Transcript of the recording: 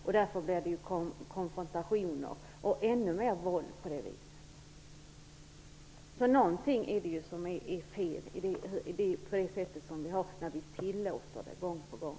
På det viset blir det konfrontationer och ännu mer våld. Någonting är ju fel när vi tillåter detta gång på gång.